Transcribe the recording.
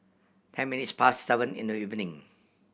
ten minutes past seven in the evening